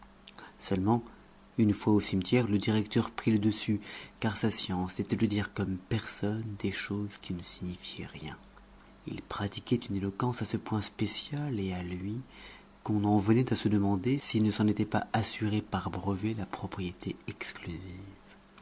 seulement une fois au cimetière le directeur prit le dessus car sa science était de dire comme personne des choses qui ne signifiaient rien il pratiquait une éloquence à ce point spéciale et à lui qu'on en venait à se demander s'il ne s'en était pas assuré par brevet la propriété exclusive